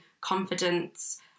confidence